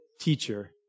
teacher